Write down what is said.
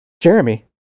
Jeremy